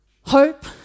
Hope